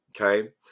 okay